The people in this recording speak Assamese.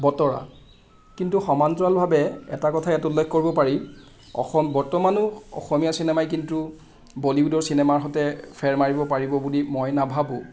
বতৰা কিন্তু সমান্তৰালভাৱে এটা কথা ইয়াত উল্লেখ কৰিব পাৰি অসম বৰ্তমানো অসমীয়া চিনেমাই কিন্তু বলিউডৰ চিনেমাৰ সৈতে ফেৰ মাৰিব পাৰিব বুলি মই নাভাবোঁ